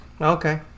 Okay